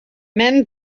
men